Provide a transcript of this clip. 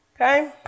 Okay